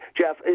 Jeff